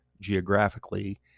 geographically